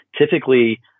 typically